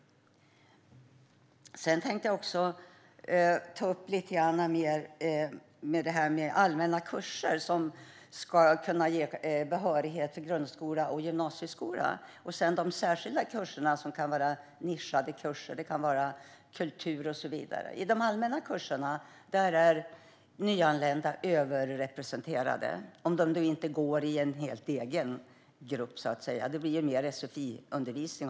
Jag tänkte också ta upp något om allmänna kurser, som ska kunna ge behörighet till grundskola och gymnasieskola, och om särskilda kurser, som kan vara nischade kurser om till exempel kultur. När det gäller de allmänna kurserna är nyanlända överrepresenterade, om de nu inte går i en helt egen grupp - jag har en känsla av att det mer blir sfi-undervisning.